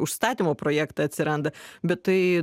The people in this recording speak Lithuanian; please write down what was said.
užstatymo projektai atsiranda bet tai